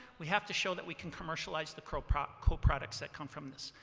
we have to show that we can commercialize the coproducts coproducts that come from this.